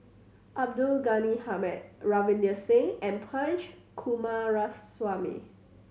Abdul Ghani Hamid Ravinder Singh and Punch Coomaraswamy